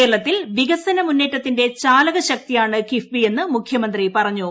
കേരളത്തിൽ വികസന മുന്നേറ്റത്തിന്റെ ചാലകശക്തിയാണ് കിഫ്ബിയെന്ന് മുഖ്യമന്ത്രി പറഞ്ഞു